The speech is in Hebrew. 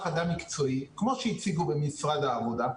אדם מקצועי כמו שהציגו במשרד העבודה: